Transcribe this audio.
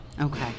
Okay